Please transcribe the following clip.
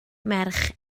merch